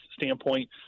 standpoint